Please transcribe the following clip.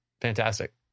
fantastic